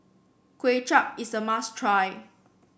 Kuay Chap is a must try